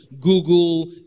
Google